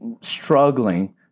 struggling